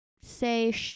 say